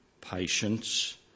patience